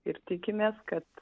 ir tikimės kad